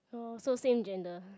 oh so same gender